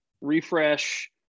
refresh